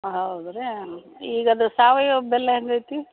ಹೌದ್ರಾ ಈಗ ಅದು ಸಾವಯವ ಬೆಲ್ಲ ಹೆಂಗೈತಿ